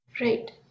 Right